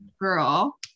girl